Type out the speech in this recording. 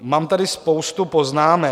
Mám tady spoustu poznámek.